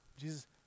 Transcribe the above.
Jesus